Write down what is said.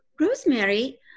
Rosemary